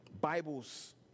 Bibles